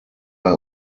bei